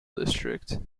district